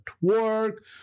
work